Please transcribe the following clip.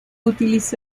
utilizó